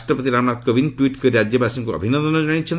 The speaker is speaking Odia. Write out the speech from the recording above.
ରାଷ୍ଟ୍ରପତି ରାମନାଥ କୋବିନ୍ଦ ଟ୍ୱିଟ୍ କରି ରାଜ୍ୟବାସୀଙ୍କୁ ଅଭିନନ୍ଦନ କଶାଇଛନ୍ତି